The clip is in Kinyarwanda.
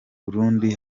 burundi